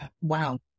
Wow